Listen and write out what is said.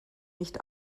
nicht